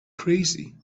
crazy